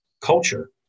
culture